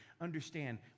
understand